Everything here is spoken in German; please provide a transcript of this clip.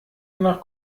nach